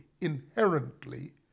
inherently